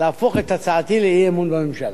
להפוך את הצעתי לאי-אמון בממשלה,